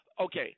Okay